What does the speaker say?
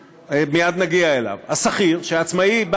האחד הוא עובד שכיר והשני הוא עצמאי,